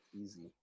easy